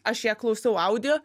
aš ją klausiau audio